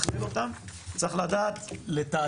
צריך לדעת לתכלל אותם,